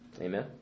Amen